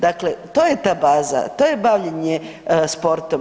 Dakle, to je ta baza, to je bavljenje sportom.